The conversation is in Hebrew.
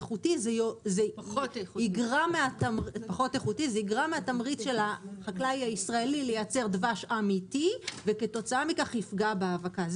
איכותי זה יגרע מהתמריץ של החקלאי הישראלי לייצר דבש אמיתי ויפגע בהאבקה.